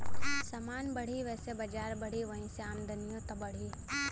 समान बढ़ी वैसे बजार बढ़ी, वही से आमदनिओ त बढ़ी